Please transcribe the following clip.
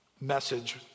message